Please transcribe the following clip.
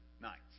nights